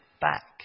back